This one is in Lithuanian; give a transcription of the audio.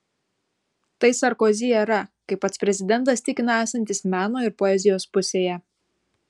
tai sarkozi era kai pats prezidentas tikina esantis meno ir poezijos pusėje